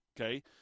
okay